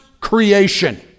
creation